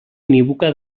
unívoca